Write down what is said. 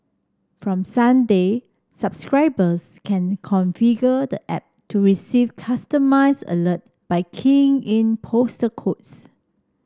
from Sunday subscribers can configure the app to receive customised alert by keying in postal codes